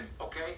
Okay